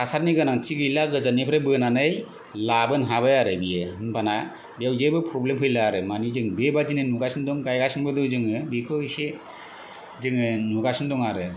हासारनि गोनांथि गैला गोजाननिफ्राय बोनानै लाबोनो हाबाय आरो बियो होमबाना बेयाव जेबो प्रब्लेम फैला आरो माने जों बेबायदिनो नुगासिन दं गायगासिबो दं जोङो बेखौ एसे नुगासिन दं आरो